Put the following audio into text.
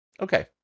Okay